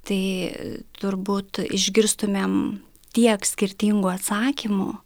tai turbūt išgirstumėm tiek skirtingų atsakymų